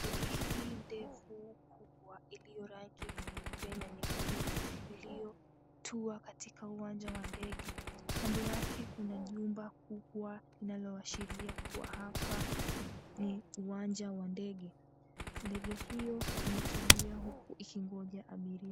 Ndege hii ndefu kubwa iliyo rangi nyeupe na nyekundu iliyotua katika uwanja wa ndege, kando yake kuna jumba kubwa linaloashiria kuwa hapa ni uwanja wa ndege. Ndege hiyo imetulia huku ikingoja abiria.